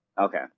Okay